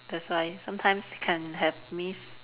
that's why sometimes can have mis~